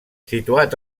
situat